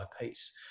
piece